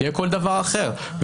תהיה כל דבר אחר.